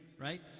right